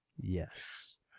Yes